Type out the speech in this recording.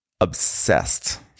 obsessed